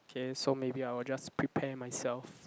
okay so maybe I will just prepare myself